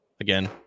Again